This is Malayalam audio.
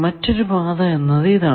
മറ്റൊരു പാത എന്നത് ഇതാണ്